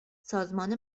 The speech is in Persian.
سازمان